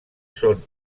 són